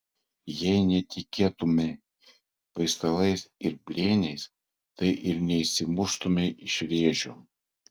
jeigu netikėtumei paistalais ir blėniais tai ir neišsimuštumei iš vėžių